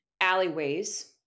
alleyways